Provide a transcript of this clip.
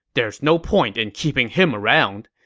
there's no point in keeping him around,